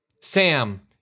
sam